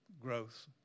growth